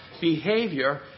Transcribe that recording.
Behavior